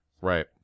Right